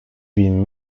been